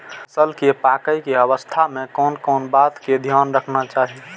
फसल के पाकैय के अवस्था में कोन कोन बात के ध्यान रखना चाही?